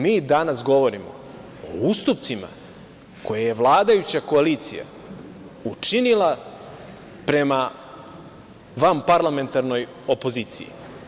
Mi danas govorimo o ustupcima koje je vladajuća koalicija učinila prema vanparlamentarnoj opoziciji.